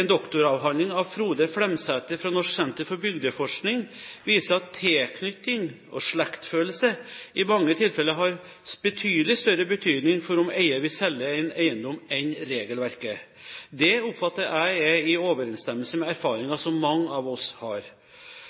En doktoravhandling av Frode Flemsæter fra Norsk senter for bygdeforskning viser at tilknytning og slektsfølelse i mange tilfeller har betydelig større betydning for om eier vil selge en eiendom, enn regelverket. Det oppfatter jeg er i overensstemmelse med erfaringer som mange av oss har.